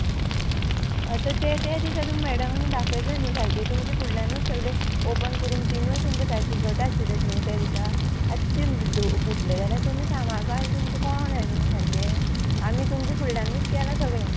आतां तें ते दिसा तुमी मॅडम आमी दाखयल्ले न्हू सारके तुमच्या फुडल्यानूच सगळे ओपन करून तिनूय तुमकां सारके घट आशिल्लेच न्हू त्या दिसा आतां ते फुटले जाल्यार तुमी सांबाळपा तुमकां कळो न्हू सारकें आमी तुमच्या फुडल्यानूच केलां सगळें